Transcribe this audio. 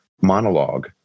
monologue